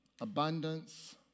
abundance